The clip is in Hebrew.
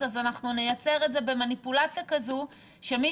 אנחנו נייצר את זה במניפולציה כזאת שמי